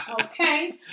Okay